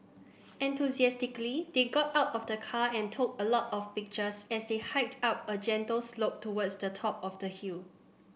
enthusiastically they got out of the car and took a lot of pictures as they hiked up a gentle slope towards the top of the hill